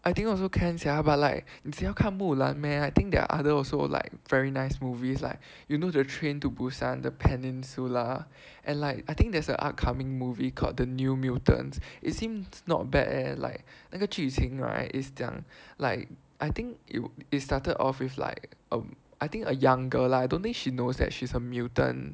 I think also can sia but like 你真的要看木兰 meh I think there are other also like very nice movies like you know the Train to Busan the Peninsula and like I think there's an upcoming movie called The New Mutants it seems not bad leh like 那个剧情 right is 讲 like I think it will it started off with like a I think a young girl lah I don't think she knows that she's a mutant